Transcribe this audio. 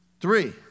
Three